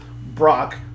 Brock